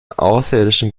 außerirdischen